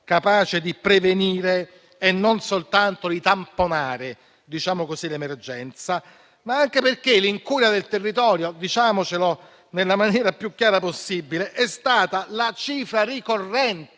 capace di prevenire e non soltanto di tamponare, per così dire, l'emergenza, ma anche dell'incuria del territorio che - diciamocelo nella maniera più chiara possibile - è stata la cifra ricorrente